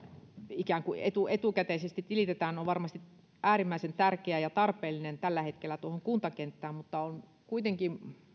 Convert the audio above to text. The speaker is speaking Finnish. ikään kuin etukäteisesti tilitetään on varmasti äärimmäisen tärkeä ja tarpeellinen tällä hetkellä tuohon kuntakenttään mutta on kuitenkin